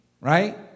right